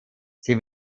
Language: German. sie